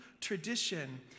tradition